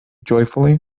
joyfully